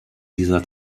dieser